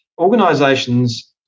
organisations